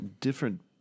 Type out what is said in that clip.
different